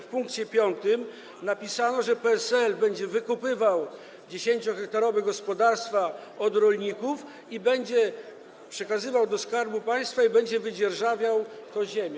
W pkt 5 napisano, że PSL będzie wykupywał 10-hektarowe gospodarstwa od rolników i będzie przekazywał do Skarbu Państwa i będzie wydzierżawiał tę ziemię.